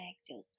Exhale